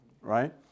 right